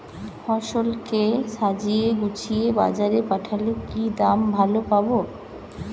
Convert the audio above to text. ফসল কে সাজিয়ে গুছিয়ে বাজারে পাঠালে কি দাম ভালো পাব?